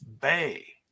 Bay